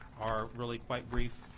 are really quite brief.